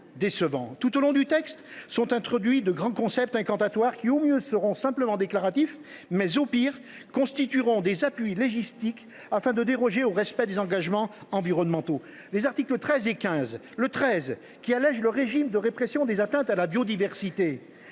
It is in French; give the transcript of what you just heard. Tout au long du texte sont introduits de grands concepts incantatoires qui, au mieux, seront simplement déclaratifs, au pire, constitueront des appuis législatifs pour déroger au respect d’engagements environnementaux. Les articles 13 et 15 – le premier allège le régime de répression des atteintes à la biodiversité,